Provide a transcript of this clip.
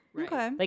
Okay